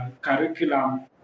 curriculum